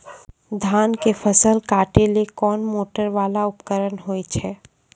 धान के फसल काटैले कोन मोटरवाला उपकरण होय छै?